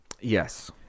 Yes